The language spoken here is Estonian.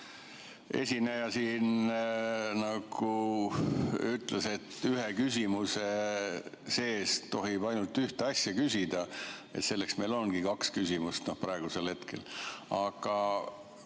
Esineja siin ütles, et ühe küsimuse sees tohib ainult ühte asja küsida. Selleks meil ongi kaks küsimust praegusel hetkel. Aga